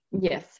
Yes